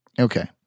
Okay